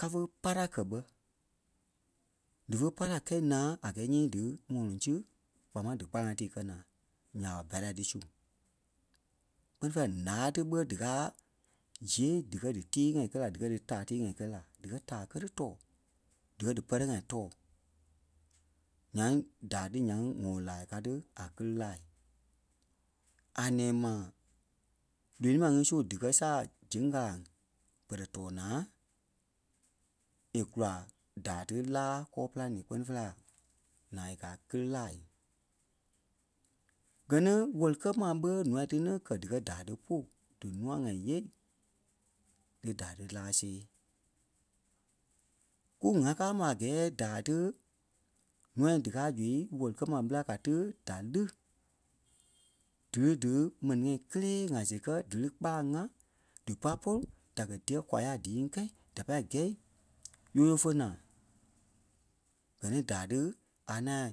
kafe pala kɛ̀ bɛ. Dífe pala kɛ̂i naa a gɛɛ nyii dí mɔlɔŋ si kpaa máŋ dí kpalaŋ ŋai tii kɛ́ naa nya ɓa balai ti su. Kpɛ́ni fêi la láa ti ɓé díkaa zee díkɛ dí tii-ŋai kɛ́ la díkɛ dí taa tíi-ŋai kɛ́ la. Díkɛ taa kele tɔɔ, dikɛ dí pɛrɛ ŋai tɔɔ. Nyaŋ, daa tí nyaŋ ŋɔ láa kaa ti a kele láa. A nɛ̃ɛ ma lonii ma su díkɛ saa ziŋ kalaŋ pɛrɛ tɔɔ naa e kula daa ti láa kɔɔ pîlanii kpɛ́ni fêi la naa e kɛ̀ a kele laai. Gɛ ni wɛli-kɛ́-maa ɓé nûa ti ní kɛ́ díkɛ daa ti pú dínûa ŋai nyêei dí daa ti láa see. Kú ŋaa káa ma a gɛɛ daa ti nûa díkaa zu wɛli-kɛ́-maa ɓéla kaa ti da lí dí di mɛni ŋai kélee ŋaa-see kɛ̀ dí lí kpalaŋ-ŋa di pá polu da kɛ̀ diyɛɛ kwa ya díi ŋí kɛ́i da pâi gɛ̂i yoyo fé naa. Gɛ ni daa ti a ŋaŋ